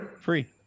Free